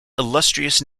illustrious